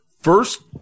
First